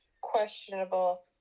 questionable